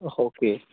ఓహ్ okay